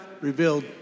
Revealed